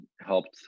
helped